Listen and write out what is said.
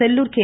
Sellur K